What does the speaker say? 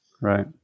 Right